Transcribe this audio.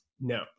No